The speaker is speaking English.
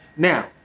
Now